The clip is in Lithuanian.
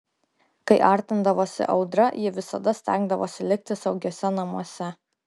kai artindavosi audra ji visada stengdavosi likti saugiuose namuose